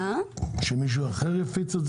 שמישהו אחר יפיץ?